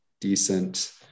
decent